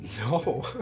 No